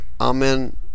Amen